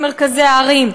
ממרכזי הערים,